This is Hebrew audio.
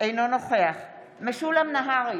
אינו נוכח משולם נהרי,